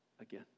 again